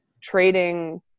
trading –